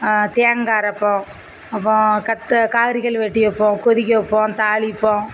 தேங்காய் அரைப்போம் அப்போறம் கத்த காய்கறிகள் வெட்டி வைப்போம் கொதிக்க வைப்போம் தாளிப்போம்